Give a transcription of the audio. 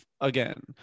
again